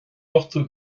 ochtú